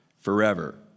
forever